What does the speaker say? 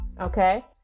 okay